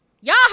Y'all